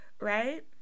right